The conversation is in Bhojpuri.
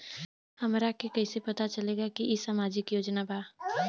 हमरा के कइसे पता चलेगा की इ सामाजिक योजना बा?